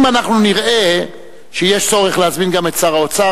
אם אנחנו נראה שיש גם צורך להזמין את שר האוצר,